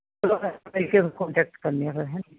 ਚਲੋ ਫਾਜ਼ਿਲਕੇ ਆ ਕੇ ਕੋਨਟੈਕਟ ਕਰਨੇ ਆਂ ਫੇਰ ਹੈਂ ਜੀ